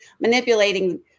manipulating